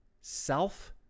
self